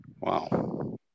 Wow